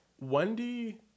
Wendy